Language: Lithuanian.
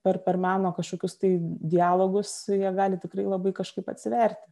per per meno kažkokius tai dialogus jie gali tikrai labai kažkaip atsiverti